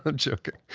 but joking.